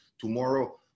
tomorrow